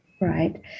Right